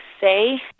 say